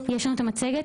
יש לנו את המצגת?